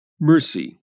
mercy